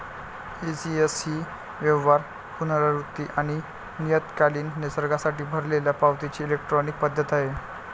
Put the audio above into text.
ECS ही व्यवहार, पुनरावृत्ती आणि नियतकालिक निसर्गासाठी भरलेल्या पावतीची इलेक्ट्रॉनिक पद्धत आहे